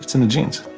in the genes.